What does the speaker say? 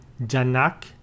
Janak